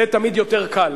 זה תמיד יותר קל.